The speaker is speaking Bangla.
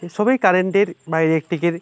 এসবেই কারেন্টের বাইরে ইলেকট্রিকের